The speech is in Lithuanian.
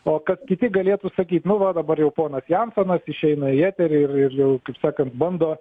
o kad kiti galėtų sakyt nu va dabar jau ponas jansonas išeina į eterį ir ir jau kaip sakant bando